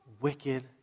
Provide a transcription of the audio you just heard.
wicked